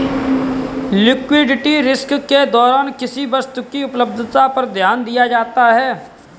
liquidity risk के दौरान किसी वस्तु की उपलब्धता पर ध्यान दिया जाता है